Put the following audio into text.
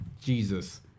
Jesus